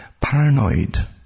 paranoid